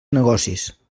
negocis